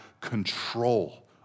control